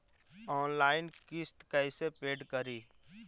Online किस्त कैसे paid करि?